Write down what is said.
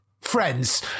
friends